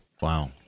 Wow